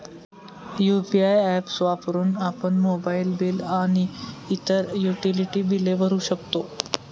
UPI apps वापरून आपण mobile bill आणि इतर युटिलिटी बिले भरू शकतो